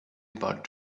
about